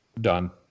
Done